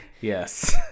yes